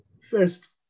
First